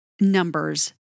numbers